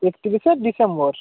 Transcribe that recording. একত্রিশে ডিসেম্বর